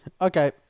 Okay